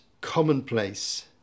commonplace